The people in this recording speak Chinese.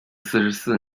四十四